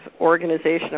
organization